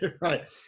right